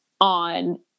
on